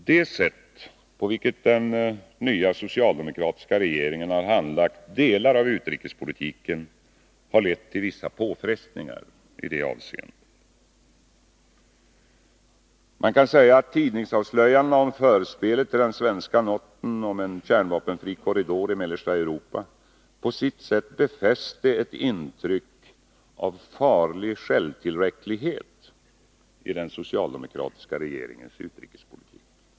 Det sätt på vilket den nya socialdemokratiska regeringen har handlagt delar av utrikespolitiken har lett till vissa påfrestningar i dessa avseenden. Man kan säga att tidningsavslöjandena om förspelet till den svenska noten om en kärnvapenfri korridor i mellersta Europa på sitt sätt befäste ett intryck av farlig självtillräcklighet i den socialdemokratiska regeringens utrikespolitik.